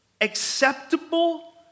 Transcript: acceptable